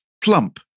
plump